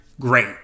great